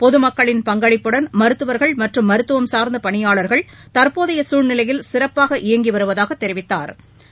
பொதுமக்களின் பங்களிப்புடன் மருத்துவர்கள் மற்றும் மருத்துவம் சார்ந்த பணியாளர்கள் தற்போதைய சூழ்நிலையில் சிறப்பாக இயங்கி வருவதாக தெரிவித்தாா்